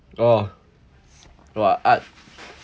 orh !wah! art